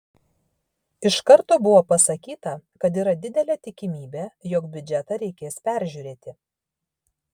iš karto buvo pasakyta kad yra didelė tikimybė jog biudžetą reikės peržiūrėti